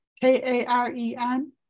K-A-R-E-N